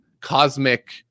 cosmic